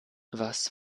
was